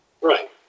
Right